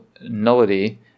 nullity